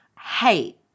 hate